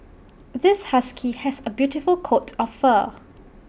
this husky has A beautiful coat of fur